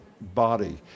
body